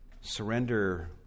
Surrender